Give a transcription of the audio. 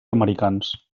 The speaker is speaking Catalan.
americans